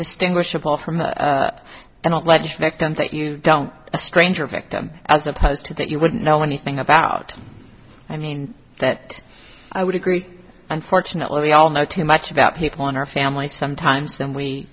distinguishable from up and out ledge victims that you don't a stranger victim as opposed to that you wouldn't know anything about i mean that i would agree unfortunately we all know too much about people in our families sometimes and we